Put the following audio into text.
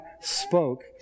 spoke